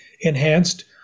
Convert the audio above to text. enhanced